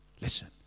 listen